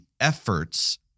efforts